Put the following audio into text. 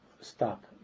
stop